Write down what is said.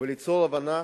וליצור הבנה